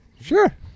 Sure